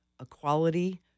equality